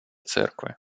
церкви